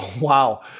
Wow